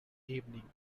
evening